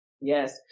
Yes